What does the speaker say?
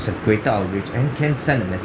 greater outreach and can send a message